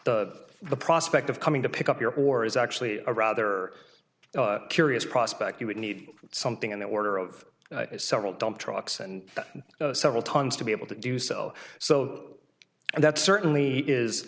the prospect of coming to pick up your or is actually a rather curious prospect you would need something in the order of several dump trucks and several tons to be able to do so so that certainly is